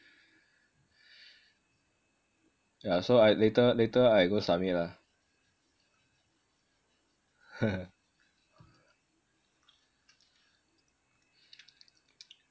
yah so I later later I go submit lah